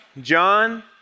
John